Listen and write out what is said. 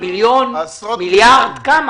כמה